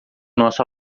nosso